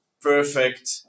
perfect